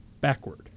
backward